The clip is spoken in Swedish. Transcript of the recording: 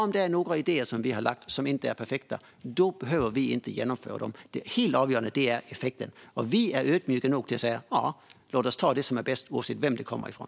Om vi har lagt fram några idéer som inte är perfekta behöver vi inte genomföra dem. Det avgörande är effekten. Vi är ödmjuka nog att säga: Låt oss ta det som är bäst oavsett vem det kommer ifrån!